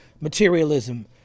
materialism